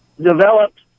developed